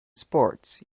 sports